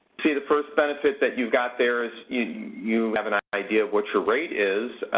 see the first benefit that you got there is you have an ah idea of what you rate is,